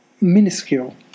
minuscule